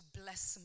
bless